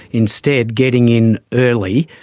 instead getting in early,